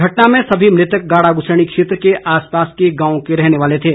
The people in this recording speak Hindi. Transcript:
घटना में सभी मृतक गाड़ागुसैणी क्षेत्र के आसपास के गांवों के रहने वाले थे